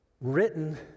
written